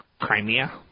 Crimea